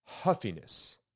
huffiness